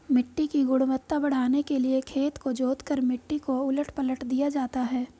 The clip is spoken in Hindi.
मिट्टी की गुणवत्ता बढ़ाने के लिए खेत को जोतकर मिट्टी को उलट पलट दिया जाता है